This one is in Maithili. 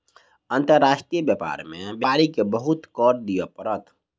अंतर्राष्ट्रीय व्यापार में व्यापारी के बहुत कर दिअ पड़ल